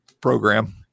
program